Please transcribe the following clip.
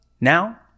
Now